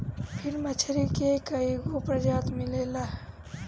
फिन मछरी के कईगो प्रजाति मिलेला